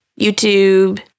YouTube